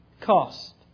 cost